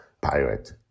pirate